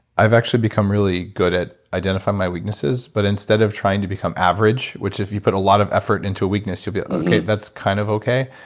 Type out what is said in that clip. i've actually become really good at identifying my weaknesses. but instead of trying to become average, which if you put a lot of effort into a weakness, you'll get, okay, that's kind of okay.